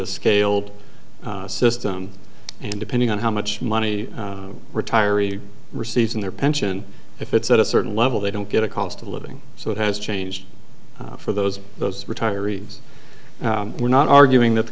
a scaled system and depending on how much money retirees receives in their pension if it's at a certain level they don't get a cost of living so it has changed for those those retirees we're not arguing that the